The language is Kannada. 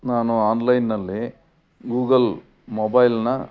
ನಾನು ಆನ್ಲೈನ್ನಲ್ಲಿ ಗೂಗಲ್ ಮೊಬೈಲ್ನ